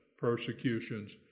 persecutions